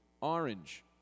Orange